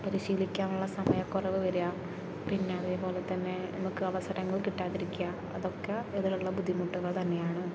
പരിശീലിക്കാനുള്ള സമയക്കുറവ് വരിക പിന്നെ അതേപോലെത്തന്നെ നമുക്ക് അവസരങ്ങൾ കിട്ടാതിരിക്കുക അതൊക്കെ ഇതിലുള്ള ബുദ്ധിമുട്ടുകൾ തന്നെയാണ്